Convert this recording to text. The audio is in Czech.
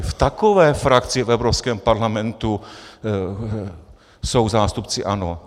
V takové frakci v Evropském parlamentu jsou zástupci ANO!